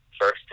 first